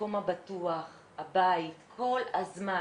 המקום הבטוח, הבית, כל הזמן.